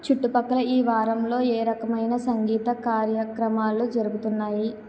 చుట్టుపక్కల ఈ వారంలో ఏ రకమైన సంగీత కార్యక్రమాలు జరుగుతున్నాయి